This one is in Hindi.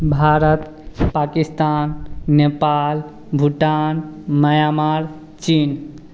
भारत पाकिस्तान नेपाल भूटान म्यांमार चीन